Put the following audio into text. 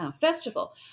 festival